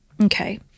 Okay